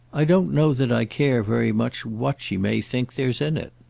i don't know that i care very much what she may think there's in it.